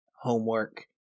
homework